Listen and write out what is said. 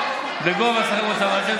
בגובה השכר הממוצע במשק,